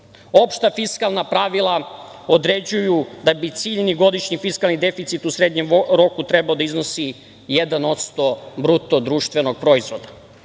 Opšta fiskalna pravila određuju da bi ciljni godišnji fiskalni deficit u srednjem roku trebalo da iznosi 1% BDP-a. Drugo